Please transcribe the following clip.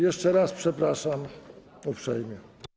Jeszcze raz przepraszam uprzejmie.